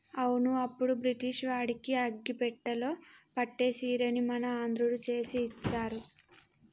అవును అప్పుడు బ్రిటిష్ వాడికి అగ్గిపెట్టెలో పట్టే సీరని మన ఆంధ్రుడు చేసి ఇచ్చారు